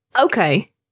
okay